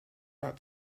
that